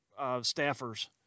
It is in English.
staffers